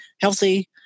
healthy